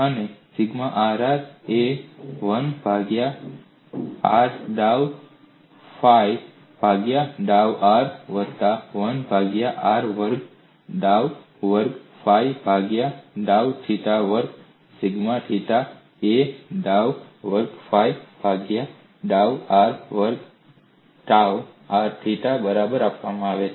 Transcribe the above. અને sigma rr એ 1 ભાગ્યા r ડાઉ ફાઇ ભાગ્યા ડાઉ r વત્તા 1 ભાગ્યા r વર્ગ ડાઉ વર્ગ ફાઇ ભાગ્યા ડાઉ થીટા વર્ગ સિગ્મા થિટા એ ડાઉ વર્ગ ફાઇ ભાગ્યા ડાઉ r વર્ગ ટાઉ r થીટા બરાબર આપવામાં આવે છે